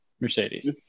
Mercedes